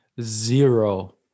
Zero